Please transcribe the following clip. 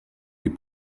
les